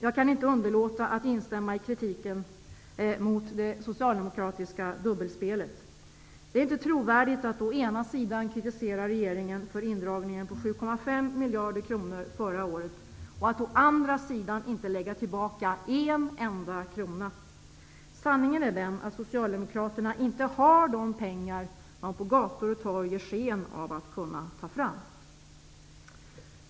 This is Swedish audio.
Jag kan inte underlåta att instämma i kritiken mot det socialdemokratiska dubbelspelet. Det är inte trovärdigt att å ena sidan kritisera regeringen för indragningen på 7,5 miljarder kronor förra året och att å andra sidan inte lägga tillbaka en enda krona! Sanningen är den att Socialdemokraterna inte har de pengar som de på gator och torg ger sken av att kunna ta fram.